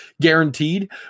guaranteed